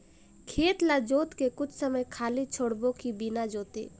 खेत ल जोत के कुछ समय खाली छोड़बो कि बिना जोते?